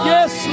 Yes